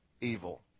evil